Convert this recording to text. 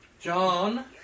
John